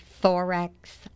thorax